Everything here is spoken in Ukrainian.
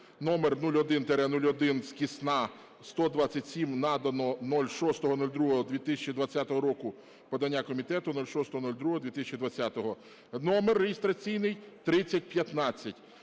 року №01-01/127 надано 06.02.2020 року, подання комітету 06.02.2020), номер реєстраційний 3015.